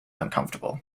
uncomfortable